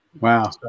Wow